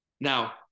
Now